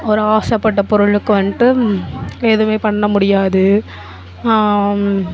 ஒரு ஆசைப்பட்ட பொருளுக்கு வந்துட்டு எதுவுமே பண்ண முடியாது